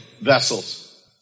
vessels